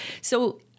So-